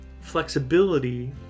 flexibility